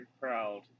proud